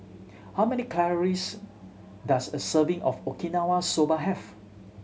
how many calories does a serving of Okinawa Soba have